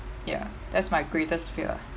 ya that's my greatest fear lah